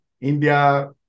India